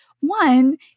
one